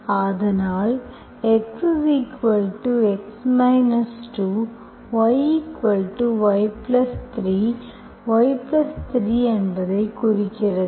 அதனால்xX 2 y Y3 Y 3 என்பதைக் குறிக்கிறது